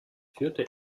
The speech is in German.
führte